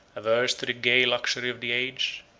averse to the gay luxury of the age,